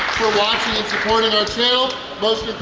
for watching and supporting our to